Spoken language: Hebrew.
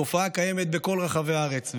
התופעה קיימת בכל חלקי הארץ,